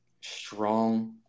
strong